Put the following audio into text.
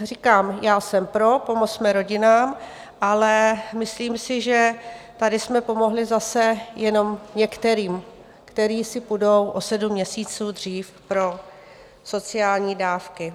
Říkám, já jsem pro, pomozme rodinám, ale myslím si, že tady jsme pomohli zase jenom některým, které si půjdou o sedm měsíců dřív pro sociální dávky.